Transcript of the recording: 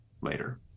later